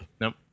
Nope